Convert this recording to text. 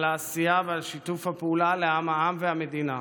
על העשייה ועל שיתוף הפעולה למען העם והמדינה,